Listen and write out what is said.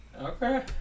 Okay